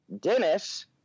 Dennis